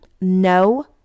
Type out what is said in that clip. No